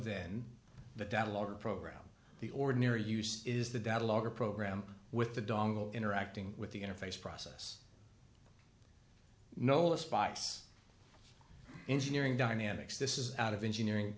than the data logger program the ordinary use is the data logger program with the dongle interacting with the interface process no listbox engineering dynamics this is out of engineering